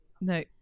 No